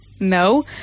No